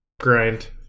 Grind